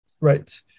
right